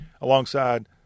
alongside